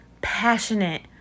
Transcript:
passionate